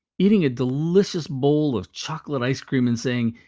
eating a delicious bowl of chocolate ice cream and saying,